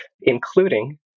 including